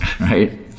right